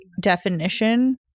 definition